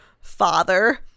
father